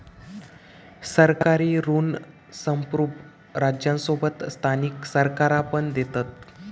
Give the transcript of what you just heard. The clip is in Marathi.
सरकारी ऋण संप्रुभ राज्यांसोबत स्थानिक सरकारा पण देतत